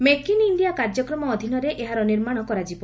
make in India କାର୍ଯ୍ୟକ୍ରମ ଅଧୀନରେ ଏହାର ନିର୍ମାଣ କରାଯିବ